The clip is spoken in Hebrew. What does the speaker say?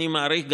אני מעריך,